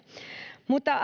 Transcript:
mutta